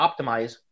optimize